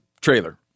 trailer